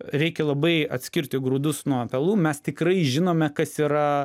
reikia labai atskirti grūdus nuo pelų mes tikrai žinome kas yra